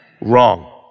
wrong